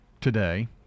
today